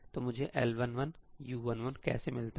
तो मुझे L11 U11 कैसे मिलता है